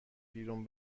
بیرون